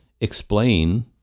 explain